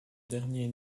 dernier